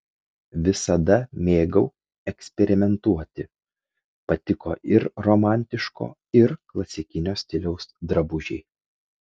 visada mėgau eksperimentuoti patiko ir romantiško ir klasikinio stiliaus drabužiai